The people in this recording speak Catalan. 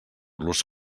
los